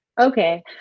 Okay